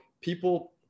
people